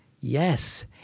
yes